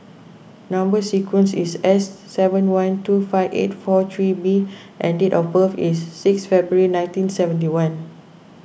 Number Sequence is S seven one two five eight four three B and date of birth is six February nineteen seventy one